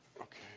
Okay